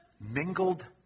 Mingled